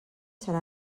serà